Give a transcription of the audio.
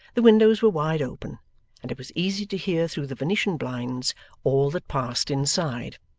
the windows were wide open and it was easy to hear through the venetian blinds all that passed inside.